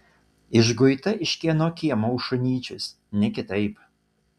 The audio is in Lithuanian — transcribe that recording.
išguita iš kieno kiemo už šunyčius ne kitaip